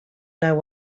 know